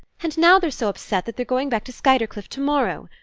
and now they're so upset that they're going back to skuytercliff tomorrow.